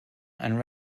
and